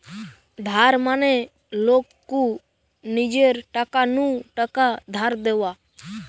ধার মানে লোক কু নিজের টাকা নু টাকা ধার দেওয়া